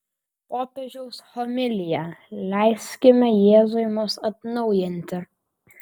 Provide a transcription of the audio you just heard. popiežiaus homilija leiskime jėzui mus atnaujinti